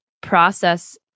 process